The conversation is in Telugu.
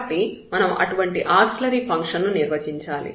కాబట్టి మనం అటువంటి ఆక్సిలియరీ ఫంక్షన్ ను నిర్వచించాలి